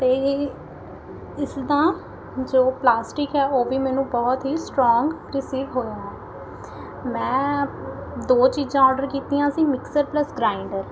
ਅਤੇ ਇਸਦਾ ਜੋ ਪਲਾਸਟਿਕ ਹੈ ਉਹ ਵੀ ਮੈਨੂੰ ਬਹੁਤ ਹੀ ਸਟਰੋਂਗ ਰਿਸੀਵ ਹੋਇਆ ਹੈ ਮੈਂ ਦੋ ਚੀਜ਼ਾਂ ਔਡਰ ਕੀਤੀਆਂ ਸੀ ਮਿਕਸਰ ਪਲੱਸ ਗਰਾਂਈਡਰ